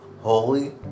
holy